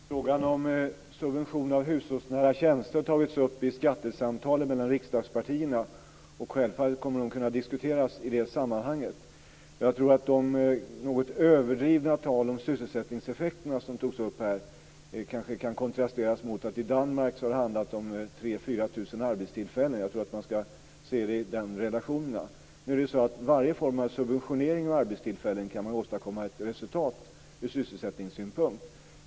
Herr talman! Frågan om subvention av hushållsnära tjänster har tagits upp i skattesamtalen mellan riksdagspartierna. Självfallet kommer den att kunna diskuteras i det sammanhanget. Det något överdrivna talet om sysselsättningseffekterna, som togs upp här, kan kanske kontrasteras mot att det i Danmark har handlat om 3 000-4 000 arbetstillfällen. Jag tror att man skall se den relationen. Varje form av subventionering när det gäller arbetstillfällen kan åstadkomma ett resultat ur sysselsättningssynpunkt.